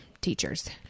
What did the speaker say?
teachers